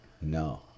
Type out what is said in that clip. No